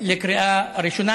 לקריאה ראשונה.